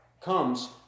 comes